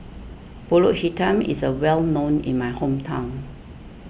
Pulut Hitam is a well known in my hometown